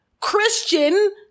Christian